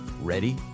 Ready